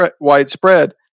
widespread